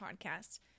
podcast